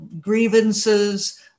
grievances